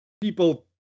people